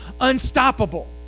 unstoppable